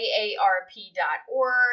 aarp.org